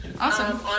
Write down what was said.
Awesome